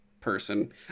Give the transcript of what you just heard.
person